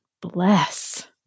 bless